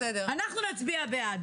אנחנו נצביע בעד.